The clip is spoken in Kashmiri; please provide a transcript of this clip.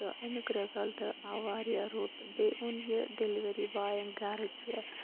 تہٕ امیُک رِزَلٹ آو واریاہ رُت بیٚیہِ اوٚن یہِ ڈیٚلؤری بایَن گَرٕ تہِ